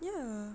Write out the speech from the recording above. ya